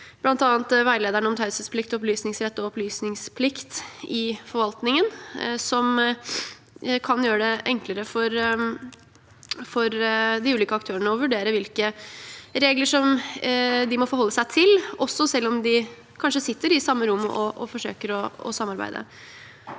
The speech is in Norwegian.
bl.a. veilederen om taushetsplikt, opplysningsrett og opplysningsplikt i forvaltningen, som kan gjøre det enklere for de ulike aktørene å vurdere hvilke regler de må forholde seg til, selv om de kanskje sitter i samme rom og forsøker å samarbeide.